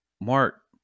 Mark